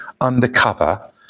undercover